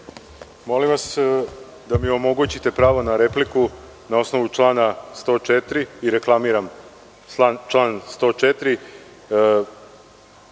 vas da mi omogućite pravo na repliku na osnovu člana 104. Reklamiram član 104.